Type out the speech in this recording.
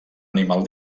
animal